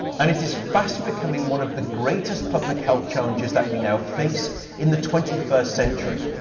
and it is fast becoming one of the greatest public health challenges that we now face in the twenty first century.